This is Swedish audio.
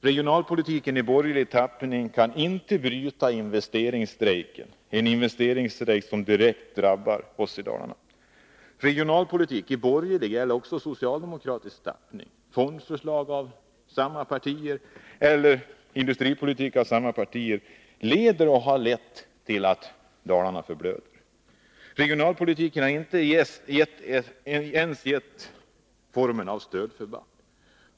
Regionalpolitiken i borgerlig tappning kan inte bryta investeringsstrejken, en investeringsstrejk som direkt drabbar oss i Dalarna. Regionalpolitik i borgerlig eller socialdemokratisk tappning, fondförslag från samma partier eller industripolitik från samma partier leder till och har lett till att Dalarna förblöder. Regionalpolitiken har inte ens gett ett stödförband.